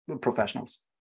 professionals